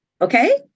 Okay